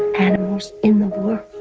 animals in the book